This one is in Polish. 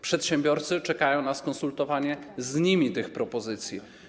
Przedsiębiorcy czekają na skonsultowanie z nimi tych propozycji.